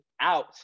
out